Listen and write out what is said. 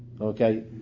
Okay